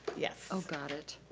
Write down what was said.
yes. oh, got it.